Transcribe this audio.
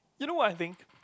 you know what I am think